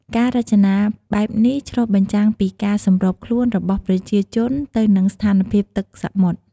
ការរចនាបែបនេះឆ្លុះបញ្ចាំងពីការសម្របខ្លួនរបស់ប្រជាជនទៅនឹងស្ថានភាពទឹកសមុទ្រ។